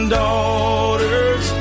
daughters